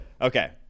Okay